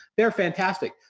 they're fantastic,